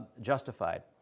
justified